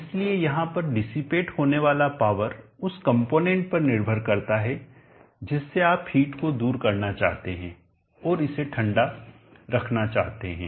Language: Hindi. इसलिए यहां पर डीसीपेट होने वाला पावर उस कंपोनेंट पर निर्भर करता है जिससे आप हिट को दूर करना चाहते हैं और इसे ठंडा रखना चाहते हैं